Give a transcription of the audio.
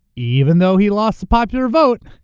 even though he lost the popular vote,